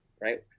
right